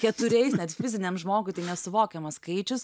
keturiais net fiziniam žmogui tai nesuvokiamas skaičius